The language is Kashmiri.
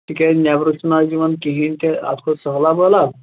تہِ کیٛازِ نیٚبرٕ چھُنہٕ اَز یِوان کِہیٖنٛۍ تہِ اَتھ کھوٚت سہلاب وہلاب